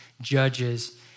judges